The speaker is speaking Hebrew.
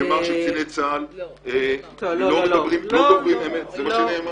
נאמר שקציני צה"ל לא דוברים אמת, זה מה שנאמר.